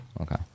Okay